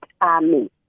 army